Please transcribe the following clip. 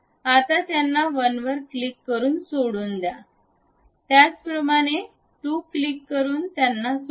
आता त्यांना 1 वर क्लिक करून सोडून द्या त्याचप्रमाणे 2 क्लिक करून त्यांना सोडा